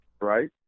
right